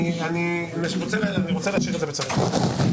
אני רוצה להשאיר את זה בצריך עיון.